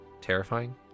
terrifying